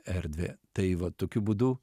erdvę tai va tokiu būdu